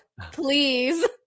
Please